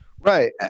Right